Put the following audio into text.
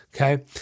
okay